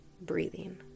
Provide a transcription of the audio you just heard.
breathing